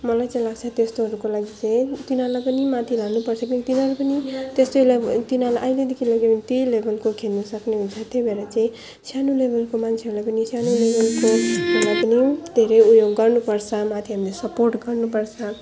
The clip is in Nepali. मलाई चाहिँ लाग्छ त्यस्तोहरूको लागि चाहिँ तिनीहरूलाई पनि माथि लानुपर्छ किनकि तिनीहरू पनि त्यस्तै ला तिनीहरूलाई अहिलेदेखि लग्यो भने त्यही लेभेलको खेल्न सक्ने हुन्छ त्यही भएर चाहिँ सानो लेभेलको मान्छेहरूलाई पनि सानैदेखि धेरै उयो गर्नुपर्छ माथि हामीले सपोर्ट गर्नुपर्छ